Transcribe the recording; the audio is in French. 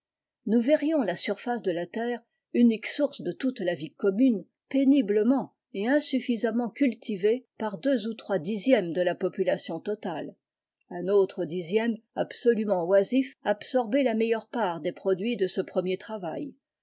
nous verrions la surface de la terre unique source de joute la vie commune péniblement et insuffisamment cultivée par deux ou trois dixièmes de la population totale un autre dixième absolument oisif absorber la meilleure part des produits de ce premier travail